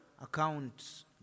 accounts